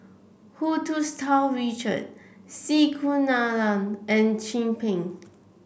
Hu Tsu Tau Richard C Kunalan and Chin Peng